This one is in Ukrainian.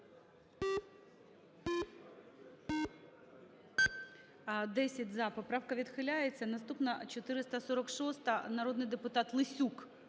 За-10 Поправка відхиляється. Наступна, 446-а, народний депутат Лесюк.